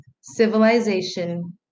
Civilization